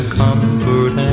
comfort